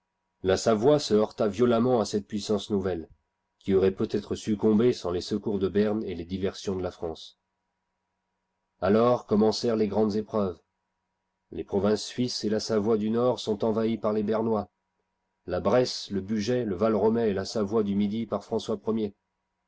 la savoie se heurta violemment à cette puissance nouvelle qui aurait peut-être succombé sans les secours de berne et les diversions de la france alors commencèrent les grandesépreuves les provinces suisses et la savoie du nord sont envahies par les bernois la bresse le bugey le valromey et la savoie du midi par françois